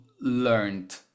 learned